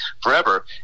forever